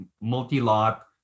multi-lot